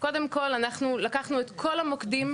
קודם כל אנחנו לקחנו את כל המוקדים,